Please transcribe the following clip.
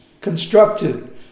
constructed